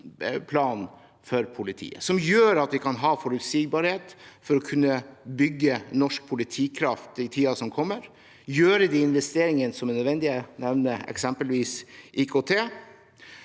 som gjør at vi kan ha forutsigbarhet for å kunne bygge norsk politikraft i tiden som kommer, og foreta de investeringene som er nødvendige. Jeg nevner eksempelvis IKT.